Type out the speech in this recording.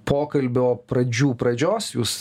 pokalbio pradžių pradžios jūs